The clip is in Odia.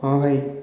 ହଁ ଭାଇ